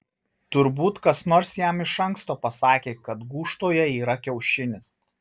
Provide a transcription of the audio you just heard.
turbūt kas nors jam iš anksto pasakė kad gūžtoje yra kiaušinis